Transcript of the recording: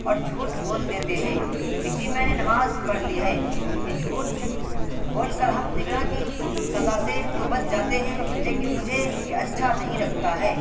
اور جھوٹ بول دیتے ہیں کہ جی میں نے نماز پڑھ لی ہے یہ جھوٹ بول کر ہم نگراں کی سزا سے تو بچ جاتے ہیں لیکن مجھے یہ اچھا نہیں لگتا ہے